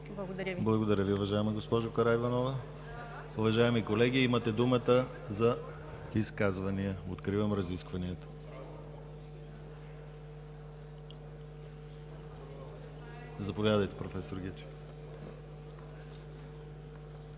ГЛАВЧЕВ: Благодаря Ви, уважаема госпожо Караиванова. Уважаеми колеги, имате думата за изказвания. Откривам разискванията. Заповядайте, професор Гечев.